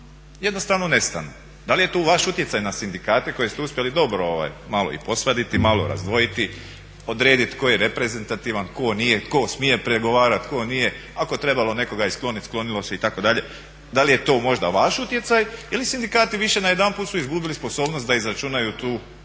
Jednostavno nestanu. Da li je to vaš utjecaj na sindikate koje ste uspjeli malo i posvaditi, malo razdvojiti, odredit tko je reprezentativan, tko nije, tko smije pregovarat, tko ne, ako je trebalo nekoga sklonit sklonilo se itd. Da li je to možda vaš utjecaj ili sindikati više najedanput su izgubili sposobnost da izračunaju tu